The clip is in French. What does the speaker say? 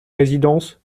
résidence